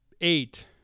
Eight